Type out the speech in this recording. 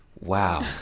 wow